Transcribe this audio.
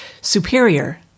superior